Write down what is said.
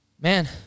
Man